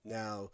now